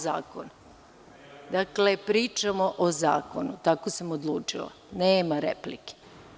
Dakle, pričamo o zakonu, tako sam odlučila, nema replike.